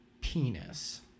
penis